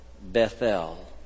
Bethel